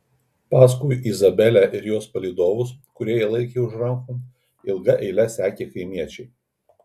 paskui izabelę ir jos palydovus kurie ją laikė už rankų ilga eile sekė kaimiečiai